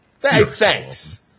Thanks